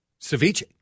Ceviche